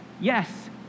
yes